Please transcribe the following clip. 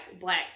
black